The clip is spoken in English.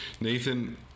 Nathan